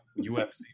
UFC